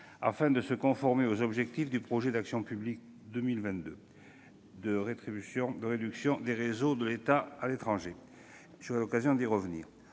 afin de se conformer aux objectifs du projet Action publique 2022 de réduction des réseaux de l'État à l'étranger. Hors titre 2, les